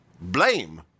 blame